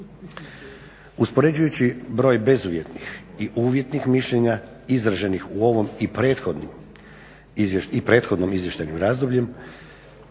Uspoređujući broj bezuvjetnih i uvjetnih mišljenja izraženih u ovom i prethodnom izvještajnom razdoblju